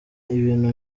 ibintu